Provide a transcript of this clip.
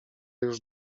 już